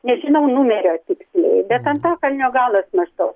nežinau numerio tiksliai bet antakalnio galas maždaug